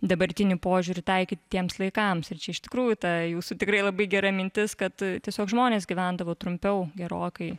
dabartinį požiūrį taikyti tiems laikams ir čia iš tikrųjų tą jūsų tikrai labai gera mintis kad tiesiog žmonės gyvendavo trumpiau gerokai